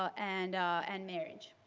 and and marriage.